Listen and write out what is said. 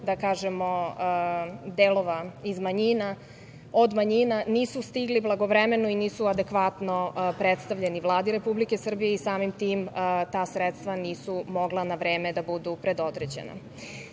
da kažemo, delova od manjina, nisu stigli blagovremeno i nisu adekvatno predstavljeni Vladi Republike Srbije i samim tim ta sredstva nisu mogla na vreme da budu predodređena. Još